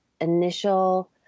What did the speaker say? initial